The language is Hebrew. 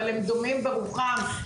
אבל הם דומים ברוחם בכל האוניברסיטאות.